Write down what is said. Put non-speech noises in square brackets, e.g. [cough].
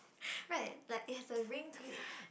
[breath] right like it's a ring to it